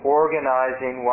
organizing